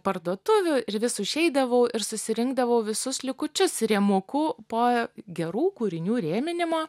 parduotuvių ir vis užeidavau ir susirinkdavau visus likučius rėmukų po gerų kūrinių rėminimo